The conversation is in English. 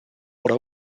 order